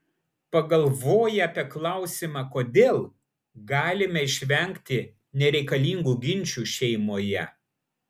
pagalvoję apie klausimą kodėl galime išvengti nereikalingų ginčų šeimoje